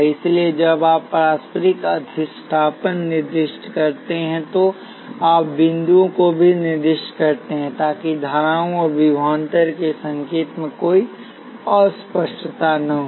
इसलिए जब आप पारस्परिक अधिष्ठापन निर्दिष्ट करते हैं तो आप बिंदुओं को भी निर्दिष्ट करते हैं ताकि धाराओं और विभवांतरके संकेत में कोई अस्पष्टता न हो